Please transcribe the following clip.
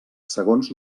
segons